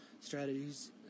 strategies